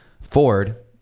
ford